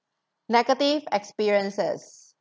negative experiences